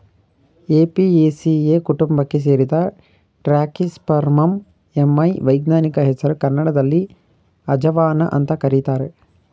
Apiaceae ಕುಟುಂಬಕ್ಕೆ ಸೇರಿದ Trachyspermum ammi ವೈಜ್ಞಾನಿಕ ಹೆಸರು ಕನ್ನಡದಲ್ಲಿ ಅಜವಾನ ಅಂತ ಕರೀತಾರೆ